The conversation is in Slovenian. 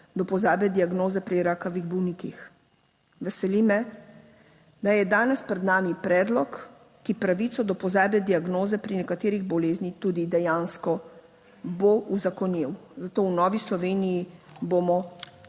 do pozabe diagnoze pri rakavih bolnikih. Veseli me, da je danes pred nami predlog, ki pravico do pozabe diagnoze pri nekaterih boleznih tudi dejansko bo uzakonil, zato v Novi Sloveniji bomo